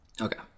okay